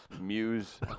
muse